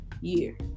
year